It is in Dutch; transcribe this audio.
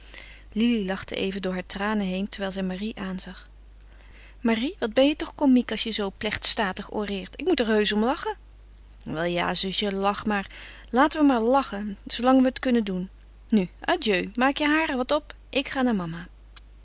lili lachte even door haar tranen heen terwijl zij marie aanzag marie wat ben je toch komiek als je zoo plechtstatig oreert ik moet er heusch om lachen wel ja zusje lach maar laten we maar lachen zoolang we het kunnen doen nu adieu maak je haren wat op ik ga naar mama